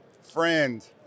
friend